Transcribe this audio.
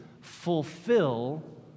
fulfill